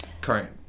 current